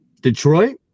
Detroit